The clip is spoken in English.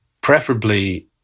preferably